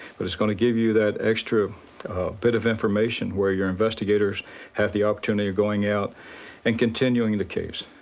but it's gonna give you that extra bit of information where your investigators have the opportunity of going out and continuing the case.